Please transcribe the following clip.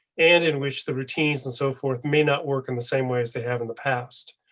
and in which the routines and so forth may not work in the same way as they have in the past.